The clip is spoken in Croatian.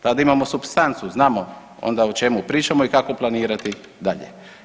Tada imamo supstancu, znamo onda o čemu pričamo i kako planirati dalje.